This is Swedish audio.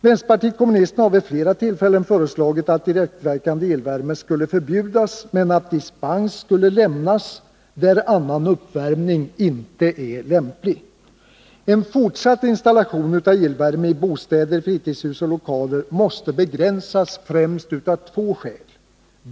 Vänsterpartiet kommunisterna har vid flera tillfällen föreslagit att direktverkande elvärme skulle förbjudas, men att dispens skulle lämnas där annan uppvärmning inte är lämplig. Fortsatt installation av elvärme i bostäder, fritidshus och lokaler måste begränsas främst av två skäl.